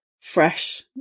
fresh